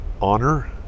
Honor